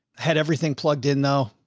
had everything plugged in, though.